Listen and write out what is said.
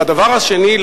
והדבר השני,